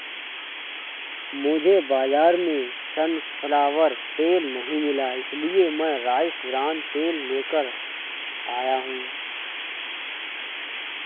मुझे बाजार में सनफ्लावर तेल नहीं मिला इसलिए मैं राइस ब्रान तेल लेकर आया हूं